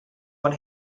when